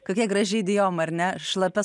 kokia graži idijoma ar ne šlapia s